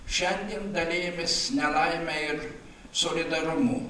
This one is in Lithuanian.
šiandien dalijamės nelaime ir solidarumu